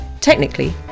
Technically